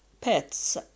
pets